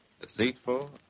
Deceitful